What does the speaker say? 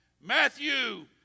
matthew